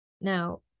Now